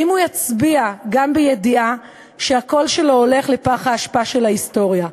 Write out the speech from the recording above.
האם הוא יצביע גם בידיעה שהקול שלו הולך לפח האשפה של ההיסטוריה?